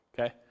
Okay